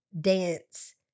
dance